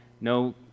no